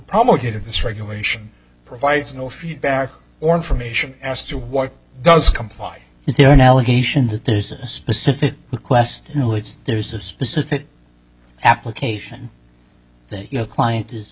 promulgated this regulation provides no feedback or information as to what does comply you know an allegation that there's a specific request there's a specific application that your client is